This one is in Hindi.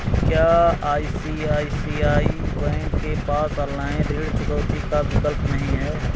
क्या आई.सी.आई.सी.आई बैंक के पास ऑनलाइन ऋण चुकौती का विकल्प नहीं है?